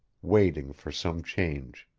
waiting for some change.